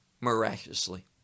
miraculously